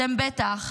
אתם בטח